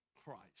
Christ